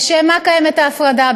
לשם מה קיימת ההפרדה,